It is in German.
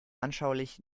anschaulich